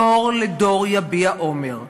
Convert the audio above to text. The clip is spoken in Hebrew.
דור לדור יביע אומר.